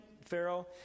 Pharaoh